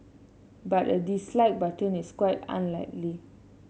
but a dislike button is quite unlikely